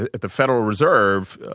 the the federal reserve,